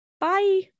Bye